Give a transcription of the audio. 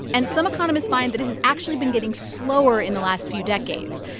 and some economists find that it has actually been getting slower in the last few decades.